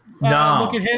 No